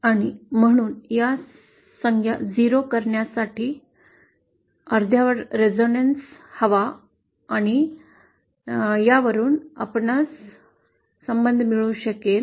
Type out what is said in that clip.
आणि म्हणूनच या संज्ञा 0 करण्यासाठी अर्ध्यावर रेझोनान्स हवा आणि यावरून आपणास संबंधमिळू शकेल